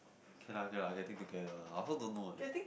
k lah k lah getting together lah I also don't know eh